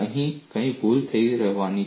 અહીં કઈ ભૂલ થઈ રહી છે